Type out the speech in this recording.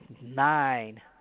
nine